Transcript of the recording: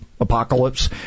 apocalypse